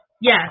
Yes